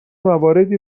مواردی